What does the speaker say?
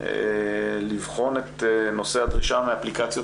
לבחון את נושא הדרישה מאפליקציות